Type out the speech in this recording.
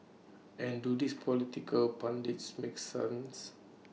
and do this political pundits make sense